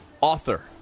author